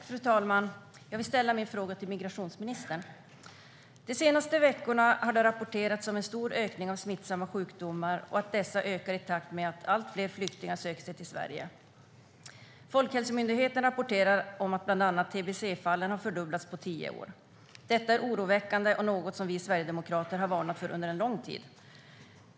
Fru talman! Jag vill ställa min fråga till migrationsministern. De senaste veckorna har det rapporterats om en stor ökning av smittsamma sjukdomar och att dessa ökar i takt med att allt fler flyktingar söker sig till Sverige. Folkhälsomyndigheten rapporterar om att bland annat tbc-fallen har fördubblats på tio år. Detta är oroväckande och något som vi sverigedemokrater har varnat för under en lång tid.